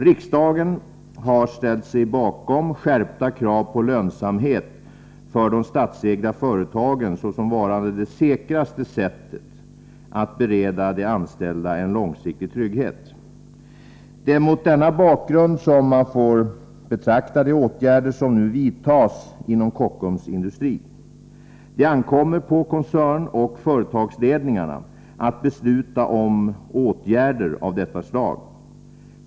Riksdagen har ställt sig bakom skärpta krav på lönsamhet för de statsägda företagen såsom varande det säkraste sättet att bereda de anställda en långsiktig trygghet. Det är mot denna bakgrund som man får betrakta de åtgärder som nu vidtas inom Kockums Industri. Det ankommer på koncernoch företagsledningarna att besluta om åtgärder av detta slag.